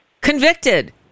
convicted